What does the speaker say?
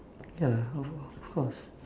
ya of of course